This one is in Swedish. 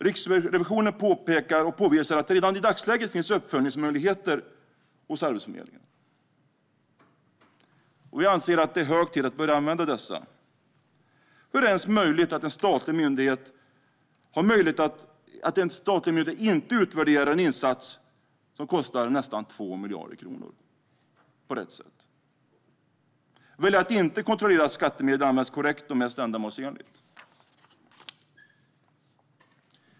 Riksrevisionen påvisar att det redan i dagsläget finns uppföljningsmöjligheter hos Arbetsförmedlingen, och vi anser att det är hög tid att börja använda dessa. Hur är det ens möjligt att en statlig myndighet inte på rätt sätt utvärderar en insats som kostar nästan 2 miljarder kronor? Men väljer att inte kontrollera att skattemedel används korrekt och mest ändamålsenligt.